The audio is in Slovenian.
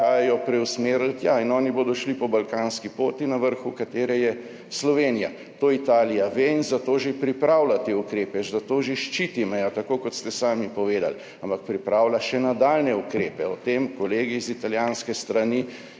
preusmerili tja. In oni bodo šli po balkanski poti, na vrhu katere je Slovenija - to Italija ve in zato že pripravlja te ukrepe, zato že ščiti mejo, tako kot ste sami povedali, ampak pripravlja še nadaljnje ukrepe. O tem kolegi z italijanske strani